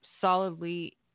solidly